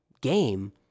game